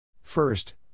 First